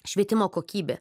švietimo kokybė